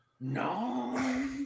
No